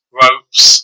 ropes